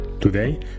Today